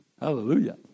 Hallelujah